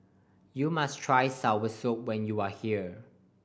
you must try soursop when you are here